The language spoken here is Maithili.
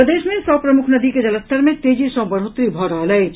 प्रदेश मे सभ प्रमुख नदी के जलस्तर मे तेजी सॅ बढ़ोतरी भऽ रहल अछि